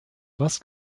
was